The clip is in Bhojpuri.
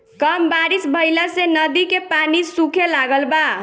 कम बारिश भईला से नदी के पानी सूखे लागल बा